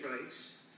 rights